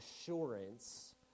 assurance